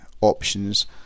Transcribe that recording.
options